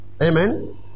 Amen